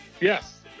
Yes